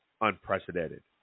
unprecedented